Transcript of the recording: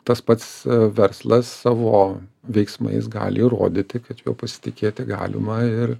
tas pats verslas savo veiksmais gali įrodyti kad juo pasitikėti galima ir